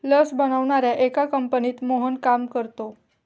लस बनवणाऱ्या एका कंपनीत मोहन काम करतो